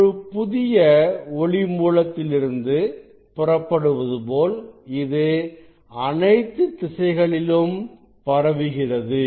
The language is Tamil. ஒரு புதிய ஒளி மூலத்திலிருந்து புறப்படுவது போல் இது அனைத்து திசைகளிலும் பரவுகிறது